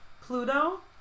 Pluto